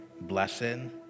blessing